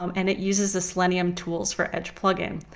um and it uses the selenium tools for edge plugin.